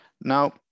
Now